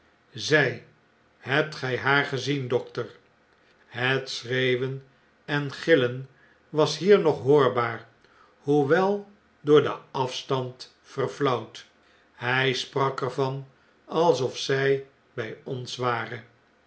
zij hebt gij haar gezien dokter het schreeuwen en gillen was hier nog hoorbaar hoewel door den afstand verflauwd hij sprak er van alsof zij bij ons ware